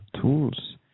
tools